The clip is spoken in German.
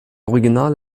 original